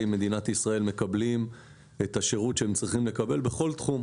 מדינת ישראל מקבלים את השירות שהם צריכים לקבל בכל תחום,